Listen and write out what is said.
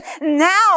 Now